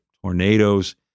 tornadoes